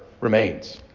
remains